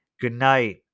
goodnight